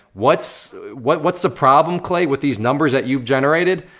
what's what's the problem, clay, with these numbers that you've generated?